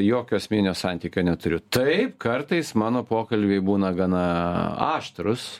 jokio asmeninio santykio neturiu taip kartais mano pokalbiai būna gana aštrūs